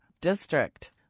district